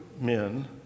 men